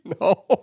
No